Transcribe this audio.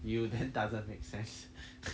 you then doesn't make sense